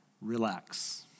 relax